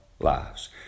lives